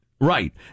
Right